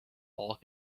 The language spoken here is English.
all